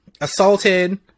assaulted